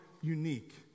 unique